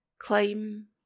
Climb